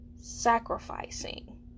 sacrificing